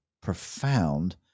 profound